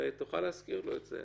ותוכל להזכיר לו את זה.